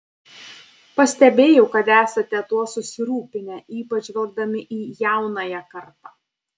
pastebėjau kad esate tuo susirūpinę ypač žvelgdami į jaunąją kartą